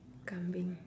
kambing